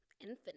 infinite